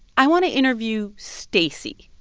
i want to interview stacey.